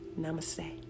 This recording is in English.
Namaste